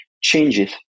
changes